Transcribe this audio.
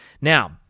Now